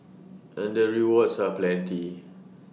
and the rewards are plenty